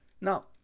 Now